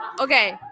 Okay